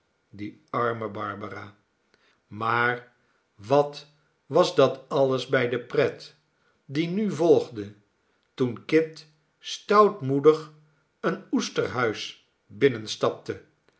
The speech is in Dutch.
die arme barbara maar wat was dat alles bij de pret die nu volgde toen kit stoutmoedig een oesterhuis binnenstapte